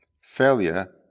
failure